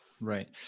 Right